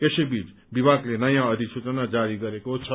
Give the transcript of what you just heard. यसैबीच विभागले नयाँ अधिसूचना जारी गरेको छ